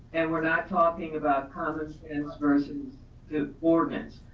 and we're not talking about comments in version two ordinance.